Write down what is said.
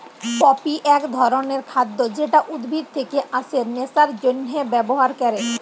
poppy এক ধরণের খাদ্য যেটা উদ্ভিদ থেকে আসে নেশার জন্হে ব্যবহার ক্যরে